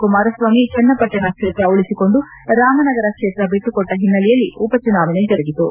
ಕುಮಾರಸ್ವಾಮಿ ಚನ್ನಪಟ್ಟಣ ಕ್ಷೇತ್ರ ಉಳಿಸಿಕೊಂಡು ರಾಮನಗರ ಕ್ಷೇತ್ರ ಬಿಟ್ಟಕೊಟ್ಟ ಹಿನ್ನೆಲೆಯಲ್ಲಿ ಉಪ ಚುನಾವಣೆ ಜರುಗಿತು